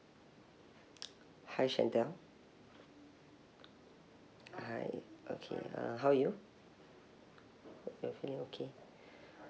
hi shantel hi okay uh how are you are you feeling okay